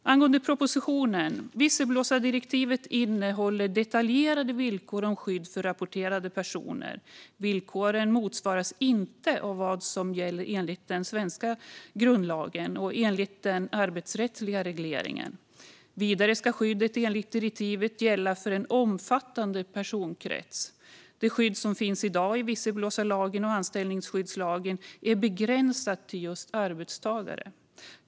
När det gäller propositionen innehåller visselblåsardirektivet detaljerade villkor om skydd för rapporterande personer. Villkoren motsvaras inte av vad som gäller enligt den svenska grundlagen eller enligt den arbetsrättsliga regleringen. Vidare ska skyddet enligt direktivet gälla för en omfattande personkrets. Det skydd som finns i dag i visselblåsarlagen och anställningsskyddslagen är begränsat till just arbetstagare.